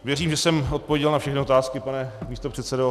Věřím, že jsem odpověděl na všechny otázky, pane místopředsedo.